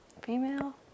female